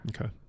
Okay